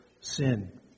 sin